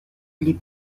les